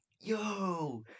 yo